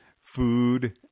food